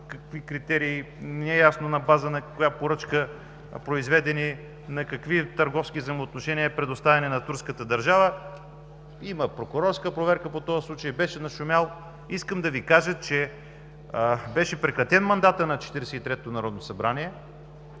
какви критерии, не е ясно на база на коя поръчка произведени, на какви търговски взаимоотношения предоставени на турската държава. Има прокурорска проверка по този случай, беше нашумял. Искам да Ви кажа, че беше прекратен мандатът на Четиридесет